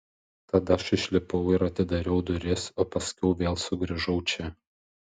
tad aš išlipau ir atidariau duris o paskiau vėl sugrįžau čia